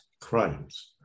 crimes